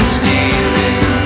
stealing